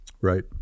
Right